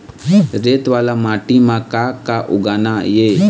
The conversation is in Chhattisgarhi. रेत वाला माटी म का का उगाना ये?